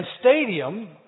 stadium